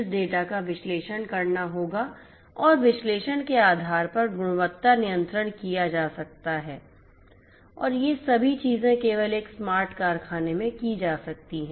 इस डेटा का विश्लेषण करना होगा और विश्लेषण के आधार पर गुणवत्ता नियंत्रण किया जा सकता है और ये सभी चीजें केवल एक स्मार्ट कारखाने में की जा सकती हैं